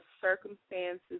circumstances